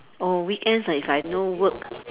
oh weekends if I've no work